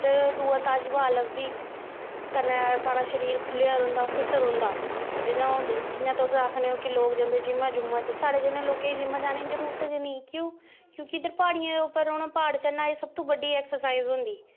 ते दूआ ताजी हवा लभदी कन्नै साढ़ा शरीर खुल्लेआ रौंह्दा फिट्ट रौंह्दा जियां हून जियां तुस आक्खने ओ कि लोग जंदे जिम्मा जुम्मा च साढ़े जेह् लोकें गी जिम्म जाने दी जरूरत गै निं क्यों क्योंकि इद्धर प्हाड़ियें दे उप्पर रौह्ना प्हाड़ चढ़ना एह् सब तो बड्डी ऐक्सरसाइज होंदी